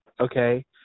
okay